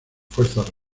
fuerzas